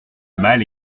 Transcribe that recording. mal